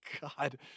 God